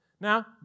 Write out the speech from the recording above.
Now